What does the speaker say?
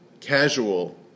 casual